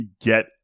get